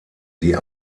die